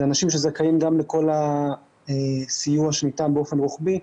אלו אנשים שזכאים לכל הסיוע שניתן באופן רוחבי,